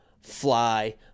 fly